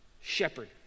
shepherd